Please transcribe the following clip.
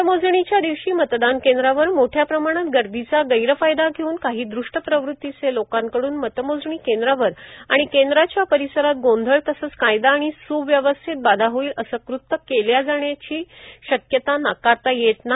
मतमोजणीच्या दिवशी मतदान केंद्रावर मोठया प्रमाणात गर्दीचा गैरफायदा घेऊन काही द्वष्ट प्रवृत्तीचे लोकांकडून मतमोजणी केंद्रावर आणि केंद्राच्या परिसरात गोंधळ तसंच कायदा आणि सुव्यवस्थेत बाधा होईल असे कृत्य केले जाण्याची शक्यता नाकारता येत नाही